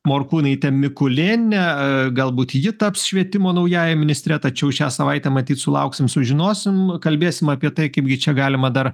morkūnaitę mikulėnienę galbūt ji taps švietimo naująja ministre tačiau šią savaitę matyt sulauksim sužinosim kalbėsim apie tai kaipgi čia galima dar